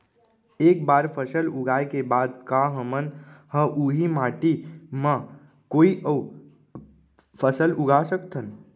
एक बार फसल उगाए के बाद का हमन ह, उही माटी मा कोई अऊ फसल उगा सकथन?